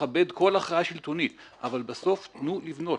נכבד כל הכרעה שלטונית אבל בסוף תנו לבנות.